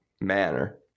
manner